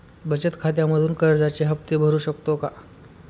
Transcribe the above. बचत खात्यामधून कर्जाचे हफ्ते भरू शकतो का?